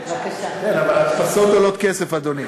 כן, אבל הדפסות עולות כסף, אדוני.